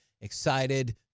excited